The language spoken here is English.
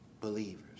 believers